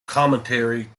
commentary